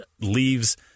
leaves